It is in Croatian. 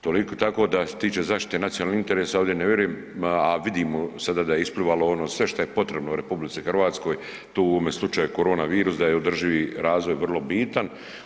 Toliko, tako da što se tiče zaštite nacionalnih interesa ovdje ne vjerujem, a vidimo sada da je isplivalo ono sve što je potrebno RH, to u ovome slučaju koronavirus, da je održivi razvoj vrlo bitan.